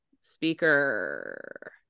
speaker